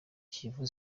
kiyovu